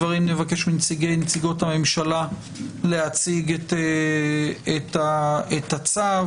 מנציגי ונציגות הממשלה להציג את הצו